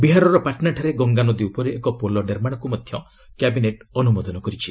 ବିହାରର ପାଟନାଠାରେ ଗଙ୍ଗାନଦୀ ଉପରେ ଏକ ପୋଲ ନିର୍ମାଣକୁ ମଧ୍ୟ କ୍ୟାବିନେଟ୍ ଅନୁମୋଦନ କରିଛି